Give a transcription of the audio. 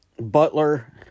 Butler